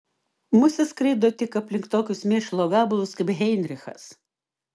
musės skraido tik aplink tokius mėšlo gabalus kaip heinrichas